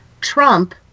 trump